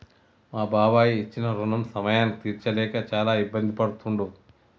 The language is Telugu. మా బాబాయి ఇచ్చిన రుణం సమయానికి తీర్చలేక చాలా ఇబ్బంది పడుతుండు